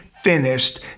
finished